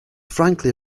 frankly